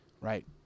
right